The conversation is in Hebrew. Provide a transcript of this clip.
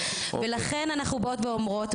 לכן אנחנו באות ואומרות,